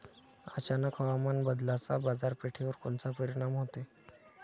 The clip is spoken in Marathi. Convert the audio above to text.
अचानक हवामान बदलाचा बाजारपेठेवर कोनचा परिणाम होतो?